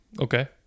Okay